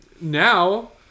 now